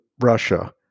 Russia